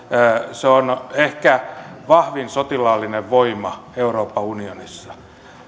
se on ehkä vahvin sotilaallinen voima euroopan unionissa